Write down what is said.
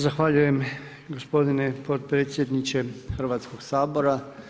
Zahvaljujem gospodine potpredsjedniče Hrvatskog sabora.